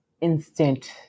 instant